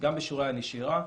גם בשיעורי הנשירה.